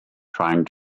trying